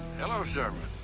hello, sherman.